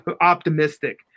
optimistic